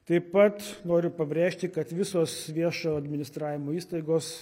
taip pat noriu pabrėžti kad visos viešo administravimo įstaigos